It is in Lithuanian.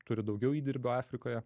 turi daugiau įdirbio afrikoje